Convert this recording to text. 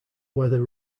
weather